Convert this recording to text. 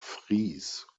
vries